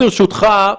ברשותך,